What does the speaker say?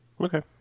Okay